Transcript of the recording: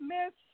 Miss